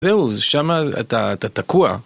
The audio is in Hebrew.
זהו, שמה אתה, אתה תקוע.